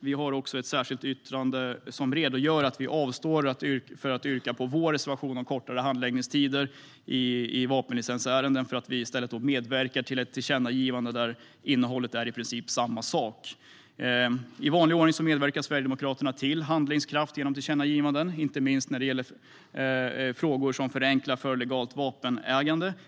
Vi har också ett särskilt yttrande där vi redogör för att vi avstår från att yrka bifall till vår reservation om kortare handläggningstider i vapenlicensärenden för att i stället medverka till ett tillkännagivande där innehållet är i princip samma sak. I vanlig ordning medverkar Sverigedemokraterna till handlingskraft genom tillkännagivanden, inte minst när det gäller frågor som förenklar legalt vapenägande.